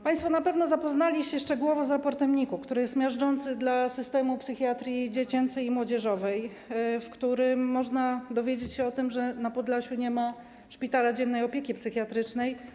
Państwo na pewno zapoznali się szczegółowo z raportem NIK-u, który jest miażdżący dla systemu psychiatrii dziecięcej i młodzieżowej, w którym można dowiedzieć się o tym, że na Podlasiu nie ma szpitala dziennej opieki psychiatrycznej.